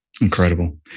Incredible